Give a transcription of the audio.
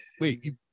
wait